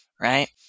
right